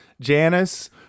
Janice